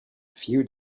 few